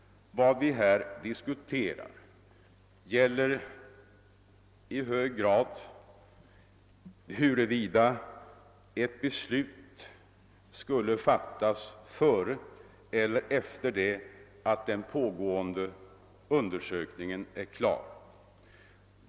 Vad vi här diskuterar gäller i hög grad huruvida ett beslut skall fattas före eller efter det att den pågående undersökningen är klar.